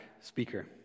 speaker